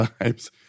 times